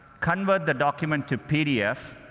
convert the document to pdf,